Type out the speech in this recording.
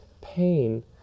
pain